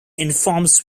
informs